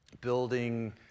building